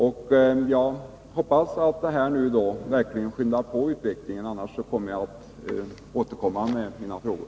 Jag hoppas att detta svar nu verkligen skyndar på utvecklingen, annars återkommer jag med mina frågor.